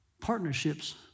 partnerships